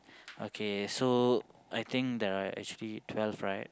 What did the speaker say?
okay so I think there are actually twelve right